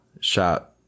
Shot